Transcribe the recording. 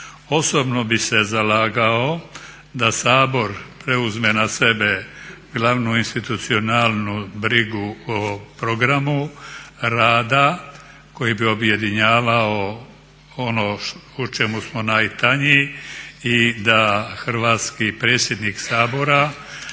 Osobno bi se zalagao da Sabor preuzme na sebe glavnu institucionalnu brigu o programu rada koji bi objedinjavao ono u čemu smo najtanji i da hrvatski predsjednik Sabora